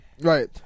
Right